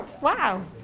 Wow